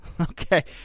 Okay